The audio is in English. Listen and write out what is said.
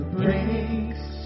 breaks